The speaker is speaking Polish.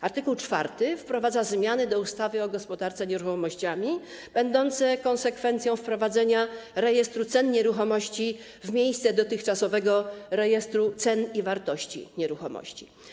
Art. 4 wprowadza zmiany do ustawy o gospodarce nieruchomościami będące konsekwencją wprowadzenie rejestru cen nieruchomości w miejsce dotychczasowego rejestru cen i wartości nieruchomości.